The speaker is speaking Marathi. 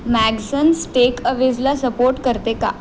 मॅगसन्स टेकअवेजला सपोर्ट करते का